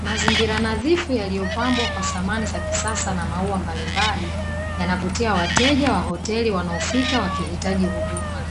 Mazingira nadhifu yaliyopambwa kwa samani za kisasa na maua mbalimbali yanavutia wateja wa hoteli wanaofika wakihitaji huduma,